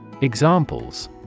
Examples